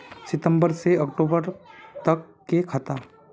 सितम्बर से अक्टूबर तक के खाता?